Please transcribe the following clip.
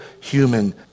human